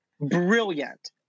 brilliant